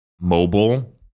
mobile